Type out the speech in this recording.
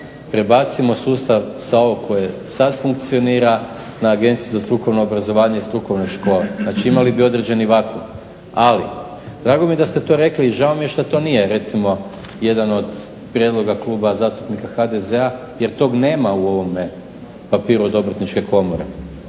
prebacimo sustav sa ovog koji sada funkcionira na Agenciju za strukovno obrazovanje i strukovne škole znači imali bi i određeni vakuum. Ali drago mi je da ste to rekli i žao mi je što to nije recimo jedan od prijedloga Kluba zastupnika HDZ-a jer to nema u ovome papiru od Obrtničke komore,